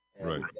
Right